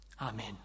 Amen